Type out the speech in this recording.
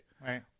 Right